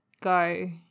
Go